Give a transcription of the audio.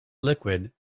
liquid